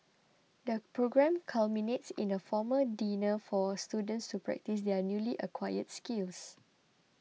the programme culminates in a formal dinner for students to practise their newly acquired skills